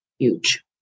huge